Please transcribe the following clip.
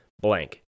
blank